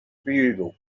bugle